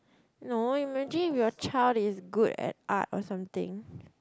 no imagine if your child is good at art or something